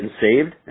saved